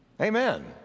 Amen